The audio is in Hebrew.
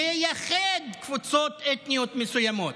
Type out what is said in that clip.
לייחד קבוצות אתניות מסוימות.